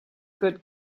good